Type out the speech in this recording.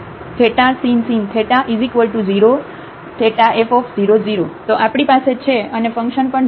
fxy r cos sin 0f00 તો આપણી પાસે છે અને ફંકશન પણ 0 પર 0 છે